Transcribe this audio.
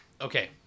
Okay